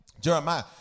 jeremiah